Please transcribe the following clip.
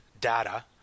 data